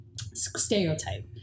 stereotype